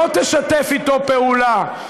לא תשתף אתו פעולה,